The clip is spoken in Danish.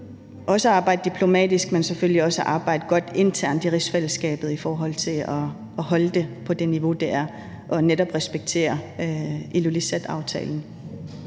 at arbejde diplomatisk, men selvfølgelig også arbejde godt internt i rigsfællesskabet i forhold til at holde det på det niveau, det er, og netop respektere Ilulissataftalen.